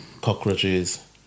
cockroaches